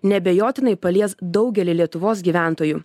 neabejotinai palies daugelį lietuvos gyventojų